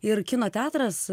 ir kino teatras